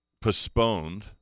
postponed